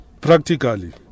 practically